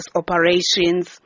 operations